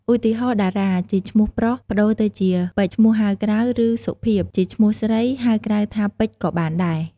ឧទាហរណ៍ តារា ជាឈ្មោះប្រុស ប្តូរទៅជា ពេជ្យ ឈ្មោះហៅក្រៅ ឬ សុភាព ជាឈ្មោះស្រី ហៅក្រៅថា ពេជ្យ ក៏បានដែរ។